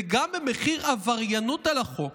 וגם במחיר עבריינות על החוק